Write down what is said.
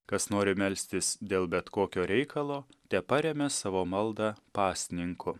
kas nori melstis dėl bet kokio reikalo teparemia savo maldą pasninku